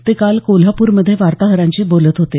ते काल कोल्हापूरमध्ये वार्ताहरांशी बोलत होते